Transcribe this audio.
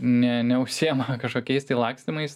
ne neužsiima kažkokiais tai lakstymais